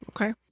Okay